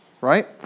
right